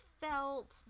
felt